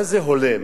מה זה "הולם"?